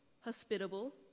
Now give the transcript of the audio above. hospitable